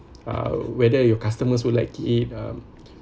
uh whether your customers would like it um